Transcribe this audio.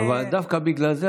אבל דווקא בגלל זה,